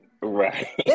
Right